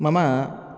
मम